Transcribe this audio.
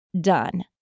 done